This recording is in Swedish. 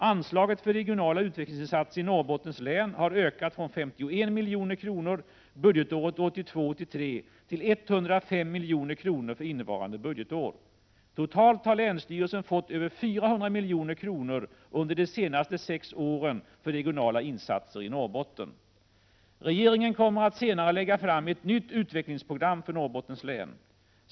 Anslaget för regionala utvecklingsinsatser i Norrbottens län har ökat från 51 milj.kr. budgetåret 61 1982/83 till 105 milj.kr. för innevarande budgetår. Totalt har länsstyrelsen fått över 400 milj.kr. under de senaste sex åren för regionala insatser i Norrbotten. Regeringen kommer att senare lägga fram ett nytt utvecklingsprogram för Norrbottens län.